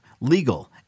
legal